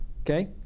okay